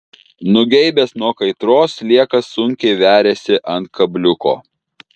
nugeibęs nuo kaitros sliekas sunkiai veriasi ant kabliuko